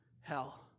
hell